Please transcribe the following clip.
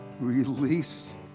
release